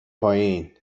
پایین